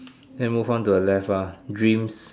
then move on to the left ah dreams